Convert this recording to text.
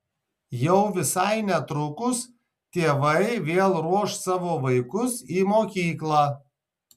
jau visai netrukus tėvai vėl ruoš savo vaikus į mokyklą